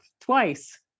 twice